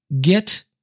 get